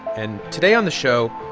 and today on the show,